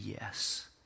yes